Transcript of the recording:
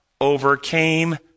overcame